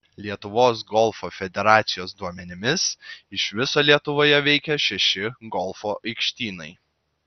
lietuvos golfo federacijos duomenimis iš viso lietuvoje veikia šeši golfo aikštynai